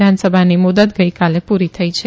વિધાનસભાની મુદત ગઇકાલે પુરી થઇ છે